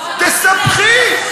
תספחי.